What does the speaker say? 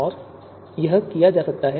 और यह किया जा सकता है